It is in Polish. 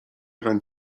ran